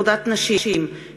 הצעת חוק עבודת נשים (תיקון,